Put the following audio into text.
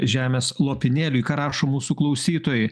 žemės lopinėliui ką rašo mūsų klausytojai